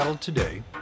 Today